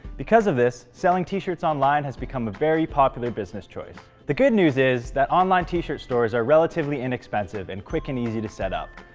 because of this, selling t-shirts online has become a very popular business choice. the good news is that online t-shirt stores are relatively inexpensive and quick and easy to set up.